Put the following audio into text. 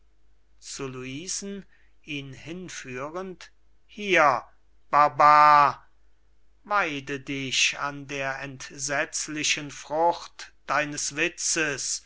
hier barbar weide dich an der entsetzlichen frucht deines witzes